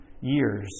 years